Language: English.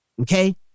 okay